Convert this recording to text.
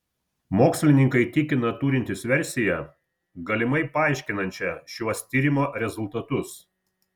mokslininkai tikina turintys versiją galimai paaiškinančią šiuos tyrimo rezultatus